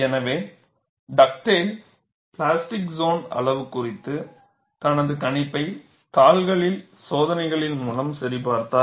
எனவே ductile plastic zone அளவு குறித்த தனது கணிப்பை தாள்களில் சோதனைகள் மூலம் சரிபார்த்தார்